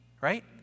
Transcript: right